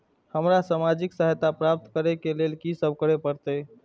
हमरा सामाजिक सहायता प्राप्त करय के लिए की सब करे परतै?